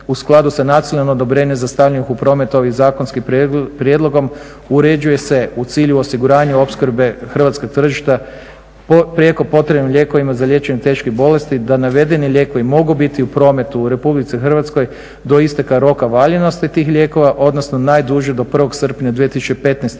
u skladu sa nacionalnim odobrenjem za stavljanje u promet ovim zakonskim prijedlogom uređuje se u cilju osiguranja opskrbe hrvatskog tržišta po prijeko potrebnim lijekovima za liječenje teških bolesti, da navedeni lijekovi mogu biti u prometu u RH do isteka roka valjanosti tih lijekova, odnosno najduže do 01. srpnja 2015. godine.